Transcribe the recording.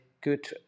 good